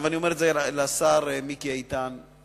אומר את זה לשר מיקי איתן,